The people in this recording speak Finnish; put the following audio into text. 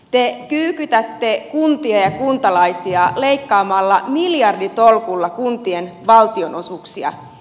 te kyykytätte kuntia ja kuntalaisia leikkaamalla miljarditolkulla kuntien valtionosuuksia